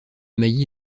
mailly